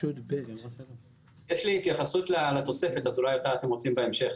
יש לי התייחסות לתוספת, אז בהמשך.